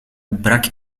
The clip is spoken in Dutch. brak